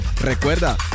Recuerda